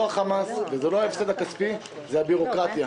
החמאס ולא ההפסד הכספי אלא הבירוקרטיה.